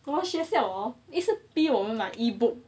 我们学校 hor 一直逼我们拿 E-book